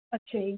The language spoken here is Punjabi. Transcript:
ਅੱਛਾ ਜੀ